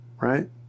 right